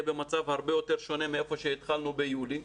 במצב הרבה יותר שונה מאיפה שהתחלנו ביולי.